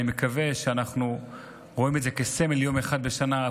אני מקווה שאנחנו רואים את זה כסמל יום אחד בשנה,